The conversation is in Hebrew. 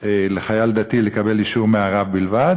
לחייל דתי לקבל אישור מהרב בלבד,